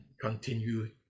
continue